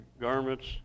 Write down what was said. garments